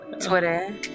Twitter